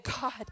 God